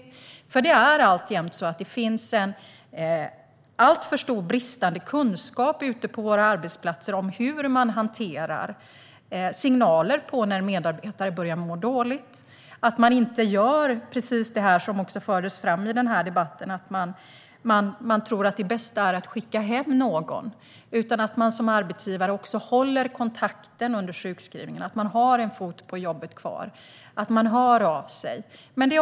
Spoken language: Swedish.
Det är nämligen alltjämt så att det finns alltför stora kunskapsbrister ute på våra arbetsplatser om hur man hanterar signaler på att medarbetare börjar må dåligt. Det fördes fram tidigare i debatten att man kan tro att det bästa är att skicka hem någon, men som arbetsgivare bör man hålla kontakten och höra av sig under sjukskrivningen så att medarbetaren har kvar en fot på jobbet.